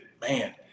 man